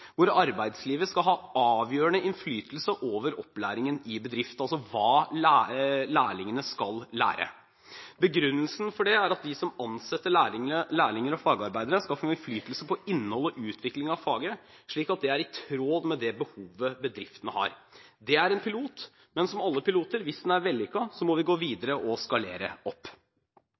hvor arbeidslivet skal ha avgjørende innflytelse over opplæringen i bedrift, altså hva lærlingene skal lære. Begrunnelsen for det er at de som ansetter lærlinger og fagarbeidere, skal få innflytelse på innhold og utvikling av faget, slik at det er i tråd med det behovet bedriften har. Det er en pilot, men som alle piloter: Hvis den er vellykket, må vi gå